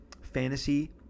fantasy